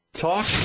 talk